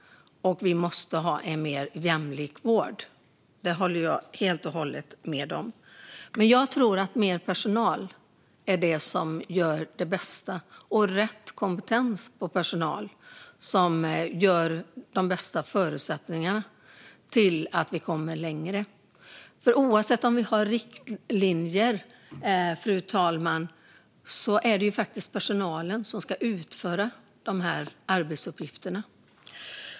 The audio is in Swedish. Att vi måste ha en mer jämlik vård håller jag helt och hållet med om, men jag tror att mer personal med rätt kompetens ger de bästa förutsättningarna för att komma längre. Oavsett riktlinjer är det ju personalen som ska utföra arbetsuppgifterna.